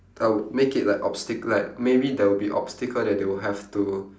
I would make it like obstac~ like maybe there will be obstacle that they will have to